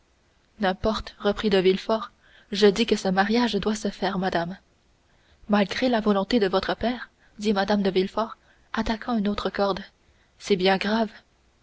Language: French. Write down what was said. n'importe reprit de villefort je dis que ce mariage doit se faire madame malgré la volonté de votre père dit mme de villefort attaquant une autre corde c'est bien grave